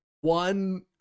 one